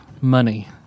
money